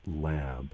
lab